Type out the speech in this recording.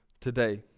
today